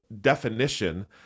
definition